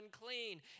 unclean